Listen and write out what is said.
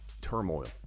Turmoil